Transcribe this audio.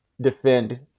defend